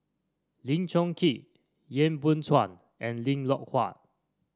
Lim Chong Keat Yap Boon Chuan and Lim Loh Huat